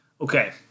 Okay